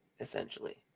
essentially